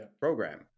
program